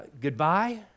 Goodbye